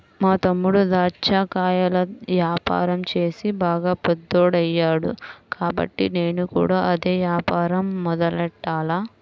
మా తమ్ముడు దాచ్చా కాయల యాపారం చేసి బాగా పెద్దోడయ్యాడు కాబట్టి నేను కూడా అదే యాపారం మొదలెట్టాల